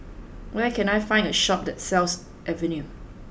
where can I find a shop that sells Avene